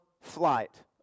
flight